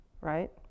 right